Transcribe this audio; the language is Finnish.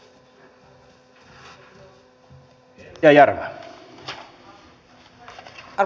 arvoisa puhemies